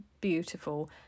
beautiful